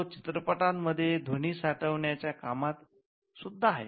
तो चित्रपटांमध्ये ध्वनीसाठवण्याच्या कामात सुद्धा आहे